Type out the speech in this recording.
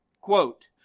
Quote